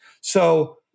So-